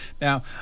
Now